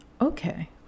Okay